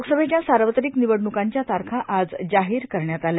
लोकसभेच्या सार्वत्रिक निवडणुकांच्या तारखा आज जाहीर करण्यात आल्या